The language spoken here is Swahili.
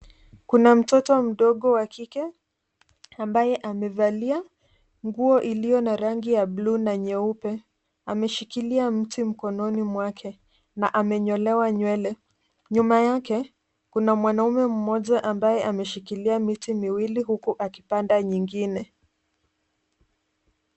Kuna mtoto mdogo wa kike ambaye amevalia nguo iliyo na rangi ya buluu na nyeupe. Ameshikilia mti mikononi mwake na amenyolewa nywele, nyuma yake kuna mwanamme mmoja ambaye ameshikilia miti miwili huku akipanda nyingine.